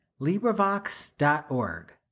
LibriVox.org